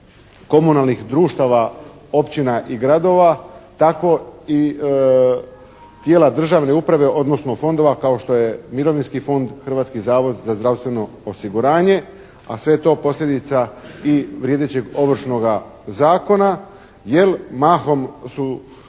komunalnih društava, općina i gradova, tako i tijela državne uprave, odnosno fondova kao što je Mirovinski fond, Hrvatski zavod za zdravstveno osiguranje, a sve je to posljedica i vrijedećeg Ovršnoga zakona. Jer mahom su